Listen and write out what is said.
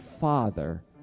Father